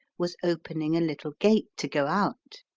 was opening a little gate to go out.